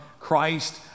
Christ